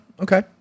Okay